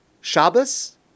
Shabbos